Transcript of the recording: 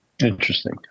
Interesting